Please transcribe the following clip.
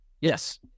Yes